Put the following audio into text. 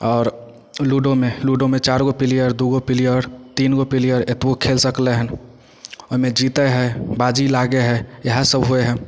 आओर लूडोमे लूडोमे चारिगो प्लियर दूगो प्लियर तीनगो प्लियर एतबो खेल सकलै हन ओहिमे जीतै हइ बाजी लागै हइ इएह सब होइ हइ